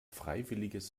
freiwilliges